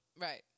Right